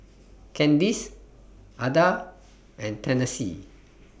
Candyce Adah and Tennessee